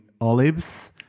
olives